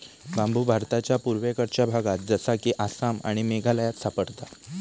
बांबु भारताच्या पुर्वेकडच्या भागात जसा कि आसाम आणि मेघालयात सापडता